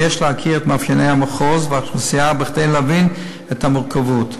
ויש להכיר את מאפייני המחוז והאוכלוסייה כדי להבין את המורכבות.